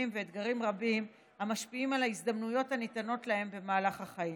ואתגרים רבים המשפיעים על ההזדמנויות הניתנות להם במהלך החיים.